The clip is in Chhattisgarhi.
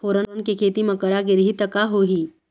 फोरन के खेती म करा गिरही त का होही?